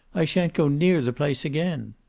i shan't go near the place again.